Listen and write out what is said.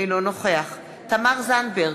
אינו נוכח תמר זנדברג,